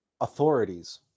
authorities